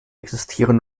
existieren